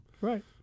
right